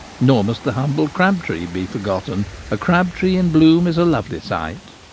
nor must the humble crab-tree be forgotten a crab-tree in bloom is a lovely sight.